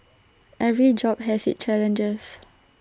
every job has its challenges